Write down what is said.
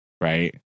right